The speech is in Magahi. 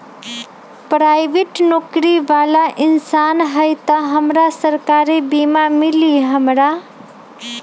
पराईबेट नौकरी बाला इंसान हई त हमरा सरकारी बीमा मिली हमरा?